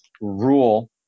rule